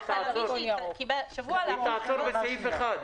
אלא שבוע לאחר --- היא תעצור בסעיף 1,